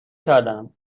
کردم